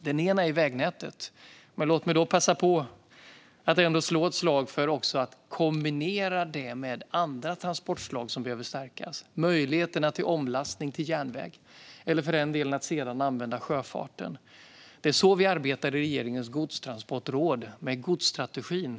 Det ena är vägnätet, men låt mig ändå passa på att slå ett slag för att kombinera det med andra transportslag som behöver stärkas: möjligheterna till omlastning till järnväg eller för den delen sjöfarten. Så arbetar vi i regeringens godstransportråd med godsstrategin.